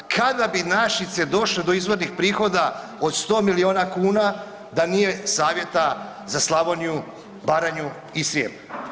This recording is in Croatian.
Kada bi Našice došle do izvornih prihoda od 100 milijuna kuna da nije savjeta za Slavoniju, Baranju i Srijem?